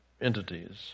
entities